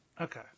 Okay